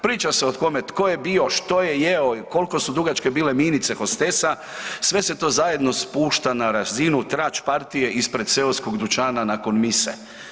Priča se o tome tko je bio, što je jeo i koliko su bile dugačke minice hostesa sve se to zajedno spušta na razinu trač partije ispred seoskog dućana nakon mise.